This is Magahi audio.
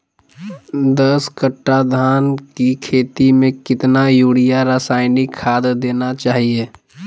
दस कट्टा धान की खेती में कितना यूरिया रासायनिक खाद देना चाहिए?